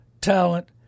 talent